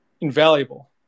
invaluable